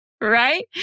Right